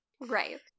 right